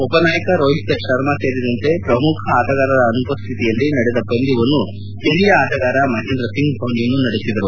ಉಪನಾಯಕ ರೋಹಿತ್ ಶರ್ಮ ಸೇರಿದಂತೆ ಪ್ರಮುಖ ಆಟಗಾರರ ಅನುಪಸ್ಟಿತಿಯಲ್ಲಿ ನಡೆದ ಪಂದ್ಭವನ್ನು ಹಿರಿಯ ಆಟಗಾರ ಮಹೇಂದ್ರ ಸಿಂಗ್ ಧೋನಿ ಮುನ್ನಡೆಸಿದರು